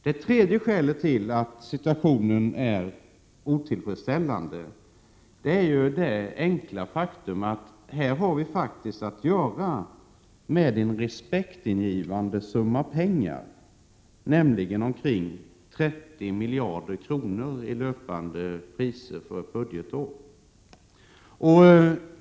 Det tredje skälet till att situationen är otillfredsställande är det enkla faktum att vi faktiskt har att göra med en respektingivande summa pengar, omkring 30 miljarder för ett budgetår i löpande priser.